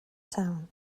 town